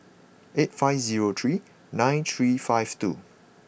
eight five zero three nine three five two